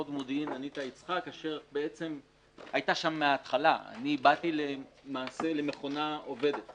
את שירותיי כי אני מביא אתי מאגר מאוד גדול של קורבנות פוטנציאליים.